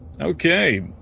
okay